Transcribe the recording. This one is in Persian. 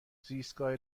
زیستگاه